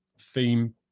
theme